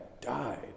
died